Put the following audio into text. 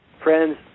Friends